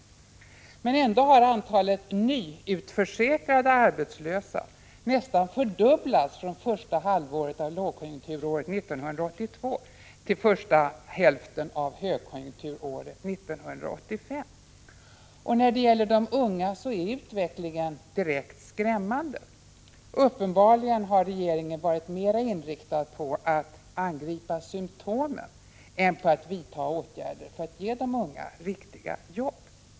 Trots detta har antalet nyutförsäkrade arbetslösa nästan fördubblats från första halvåret av lågkonjunkturåret 1982 till första hälften av högkonjunkturåret 1985. När det gäller de unga är utvecklingen direkt skrämmande. Regeringen har uppenbarligen varit mera inriktad på att angripa symtomen än på att vidta åtgärder för att ge de unga riktiga jobb.